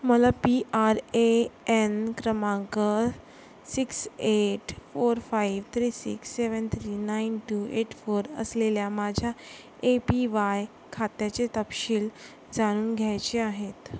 मला P R A N क्रमांक six eight four five three six seven three nine two eight four असलेल्या माझ्या A P Y खात्याचे तपशील जाणून घ्यायचे आहेत